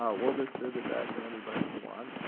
we'll distribute that to anybody who wants.